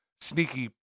sneaky